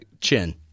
Chin